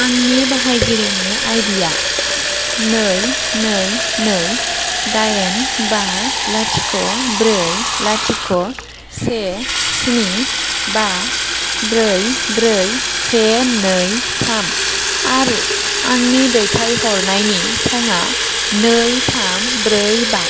आंनि बाहायगिरिनि आइडि या नै नै नै दाइन बा लाथिख' ब्रै लाथिख' से स्नि बा ब्रै ब्रै से नै थाम आरो आंनि दैथायहरनायनि थङा नै थाम ब्रै बा